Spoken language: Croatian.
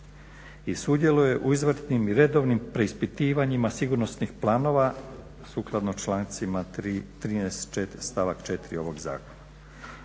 i sudjeluje u izvanrednim i redovnim preispitivanjima sigurnosnih planova sukladno člancima 13. stavak 4. ovog zakona.